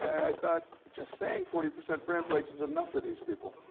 and i thought, just saying forty percent bran flakes is enough for these people.